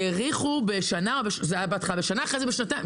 האריכו בתחילה בשנה ואחר כך בשנתיים.